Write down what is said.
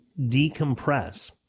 decompress